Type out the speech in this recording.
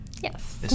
yes